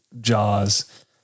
Jaws